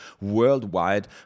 worldwide